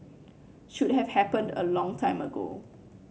should have happened a long time ago